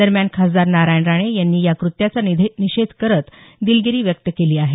दरम्यान खासदार नारायण राणे यांनी या कृत्याचा निषेध करत दिलगिरी व्यक्त केली आहे